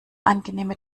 angenehme